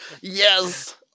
Yes